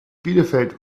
bielefeld